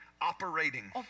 operating